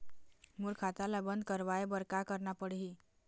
मोर खाता ला बंद करवाए बर का करना पड़ही?